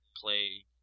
play